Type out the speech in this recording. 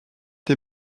des